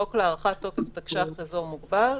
חוק להארכת תוקף תקש"ח אזור מוגבל,